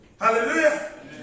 Hallelujah